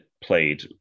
played